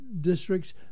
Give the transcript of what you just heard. districts